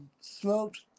smoked